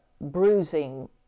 bruising